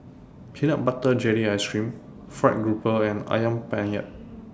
Peanut Butter Jelly Ice Cream Fried Grouper and Ayam Penyet